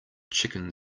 chicken